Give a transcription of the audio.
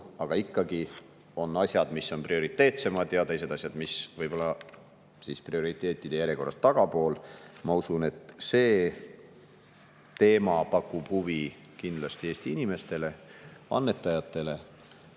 aga ikkagi on asjad, mis on prioriteetsemad, ja teised asjad, mis on võib-olla prioriteetide järjekorras tagapool. Ma usun, et see teema pakub kindlasti huvi Eesti inimestele ja annetajatele,